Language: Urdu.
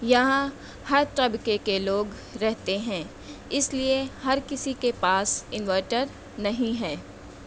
یہاں ہر طبقے کے لوگ رہتے ہیں اس لئے ہر کسی کے پاس انویرٹر نہیں ہے